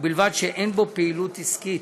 ובלבד שאין בו פעילות עסקית".